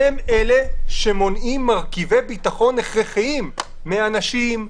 הם אלה שמונעים מרכיבי ביטחון הכרחיים מאנשים,